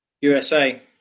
USA